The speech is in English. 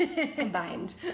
combined